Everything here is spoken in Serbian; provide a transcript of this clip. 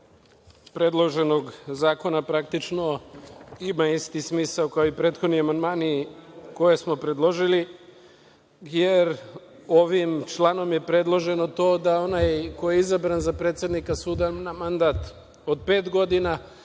3. predloženog zakona, ima isti smisao kao i prethodni amandmani koje smo predložili, jer ovim članom je predloženo to da onaj ko je izabran za predsednika suda na mandat od pet godina,